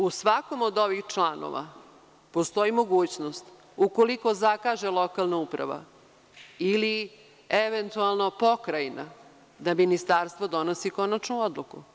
U svakom od ovih članova postoji mogućnost, ukoliko zakaže lokalna uprava ili eventualno pokrajina, da ministarstvo donosi konačnu odluku.